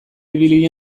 ibili